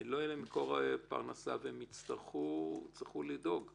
לא יהיה להם מקור פרנסה ויצטרכו לדאוג להם,